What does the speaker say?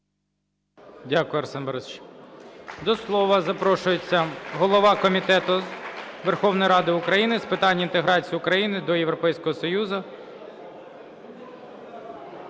Дякую, Арсен Борисович. До слова запрошується голова Комітету Верховної Ради України з питань інтеграції України до Європейського Союзу